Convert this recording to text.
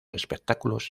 espectáculos